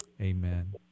Amen